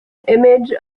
image